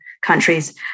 countries